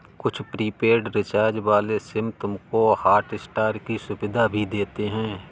कुछ prepaid recharge वाले SIM तुमको हॉटस्टार की सुविधा भी देते हैं